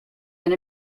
and